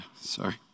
sorry